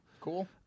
Cool